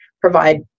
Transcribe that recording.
provide